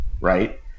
right